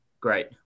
Great